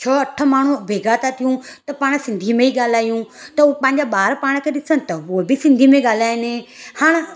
छ अठ माण्हू बेघा त थियूं त पाण सिंधीअ में ई ॻाल्हाईयूं त उ ॿार पंहिंजा पाण खे ॾिसनि त उहो बि सिंधी में ॻाल्हायनि हाण